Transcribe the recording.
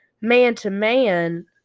man-to-man